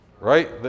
Right